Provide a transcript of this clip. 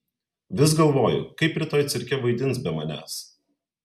vis galvoju kaip rytoj cirke vaidins be manęs